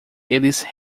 eles